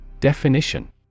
Definition